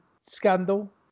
scandal